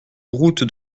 route